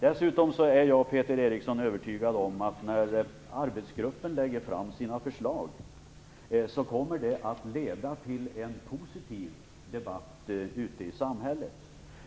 Dessutom, Peter Eriksson, är jag övertygad om att när arbetsgruppen lägger fram sina förslag kommer det att leda till en positiv debatt ute i samhället.